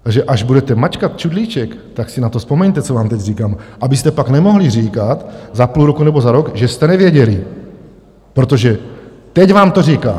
Takže až budete mačkat čudlíček, tak si na to vzpomeňte, co vám teď říkám, abyste pak nemohli říkat za půl roku nebo za rok, že jste nevěděli, protože teď vám to říkám.